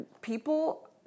people